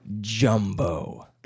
jumbo